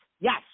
yes